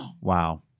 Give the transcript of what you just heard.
wow